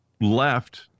left